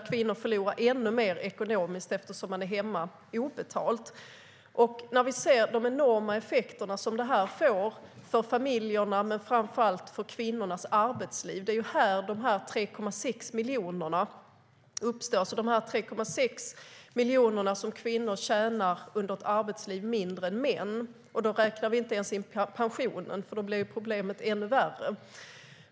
Kvinnor förlorar ännu mer ekonomiskt, eftersom de är hemma utan att få betalt. Vi ser de enorma effekter som det här får för familjerna men framför allt när det gäller kvinnornas arbetsliv. Det är här de 3,6 miljonerna uppstår. Kvinnor tjänar alltså under ett arbetsliv 3,6 miljoner mindre än män. Då räknar vi inte ens in pensionen - då blir problemet ännu värre.